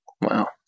Wow